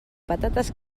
patates